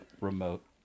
Remote